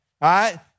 right